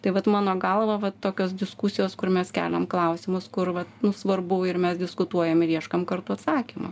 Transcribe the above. tai vat mano galva va tokios diskusijos kur mes keliam klausimus kur vat nu svarbu ir mes diskutuojam ir ieškom kartu atsakymo